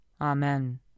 Amen